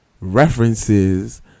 references